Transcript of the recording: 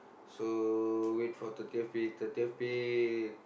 so wait for thirtieth pay thirtieth pay